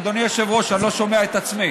אדוני היושב-ראש, אני לא שומע את עצמי.